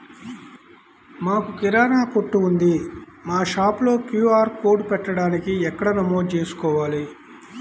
మాకు కిరాణా కొట్టు ఉంది మా షాప్లో క్యూ.ఆర్ కోడ్ పెట్టడానికి ఎక్కడ నమోదు చేసుకోవాలీ?